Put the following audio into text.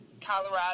Colorado